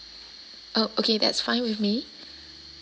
oh okay that's fine with me